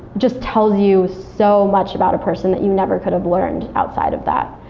just tells you so much about a person that you never could have learned outside of that.